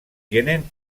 tienen